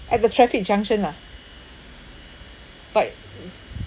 at the traffic junction ah but